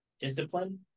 discipline